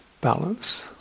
balance